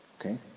okay